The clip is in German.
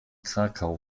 krakau